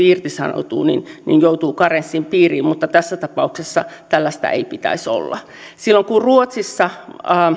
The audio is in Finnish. irtisanoutuu niin niin joutuu karenssin piiriin mutta tässä tapauksessa tällaista ei pitäisi olla silloin kun ruotsissa